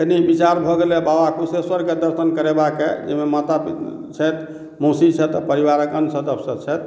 कनी विचार भऽ गेलय बाबा कुशेश्वरक दर्शन करेबाक जाहि मे माता छथि मौसी छथि आओर परिवारक अन्य सदस्य सभ छथि